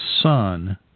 Son